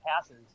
passes